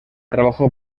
trabajó